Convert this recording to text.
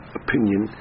opinion